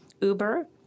Uber